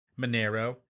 Monero